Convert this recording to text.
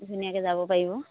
ধুনীয়াকে যাব পাৰিব